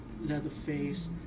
Leatherface